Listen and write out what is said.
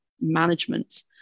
management